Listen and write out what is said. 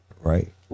right